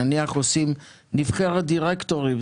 נניח עושים נבחרת דירקטורים,